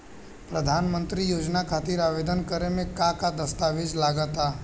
प्रधानमंत्री योजना खातिर आवेदन करे मे का का दस्तावेजऽ लगा ता?